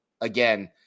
again